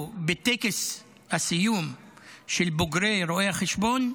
בטקס הסיום של הבוגרים רואי החשבון,